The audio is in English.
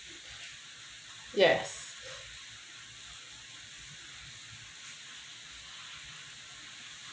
yes